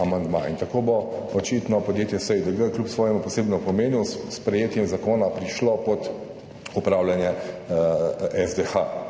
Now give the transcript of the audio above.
amandma. Tako bo očitno podjetje SiDG kljub svojemu posebnem pomenu s sprejetjem zakona prišlo pod upravljanje SDH.